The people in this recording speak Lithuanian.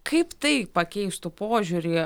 kaip tai pakeistų požiūrį